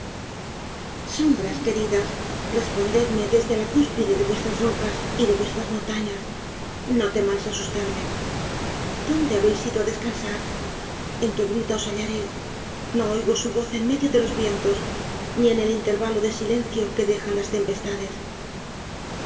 sombras queridas respondedme desde la cúspide de vuestras rocas y de vuestras montañas no temáis asustarme dónde habéis ido á descansar en qué gruta os hallaré no oigo su voz en medio de los vientos ni en el intervalo de silencio que dejan las tempestades